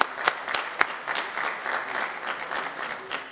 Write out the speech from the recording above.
(מחיאות כפיים)